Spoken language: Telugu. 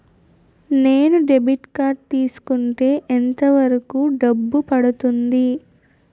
నేను డెబిట్ కార్డ్ తీసుకుంటే ఎంత వరకు డబ్బు పడుతుంది?